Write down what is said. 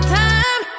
time